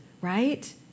right